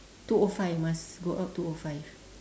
two O five must go out two O five